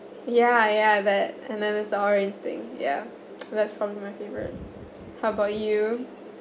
yeah yeah that and then it's a orange thing yeah that's probably my favorite how about you